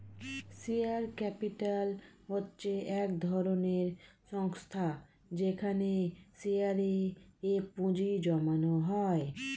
share capital হচ্ছে এক ধরনের সংস্থা যেখানে শেয়ারে এ পুঁজি জমানো হয়